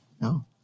no